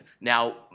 Now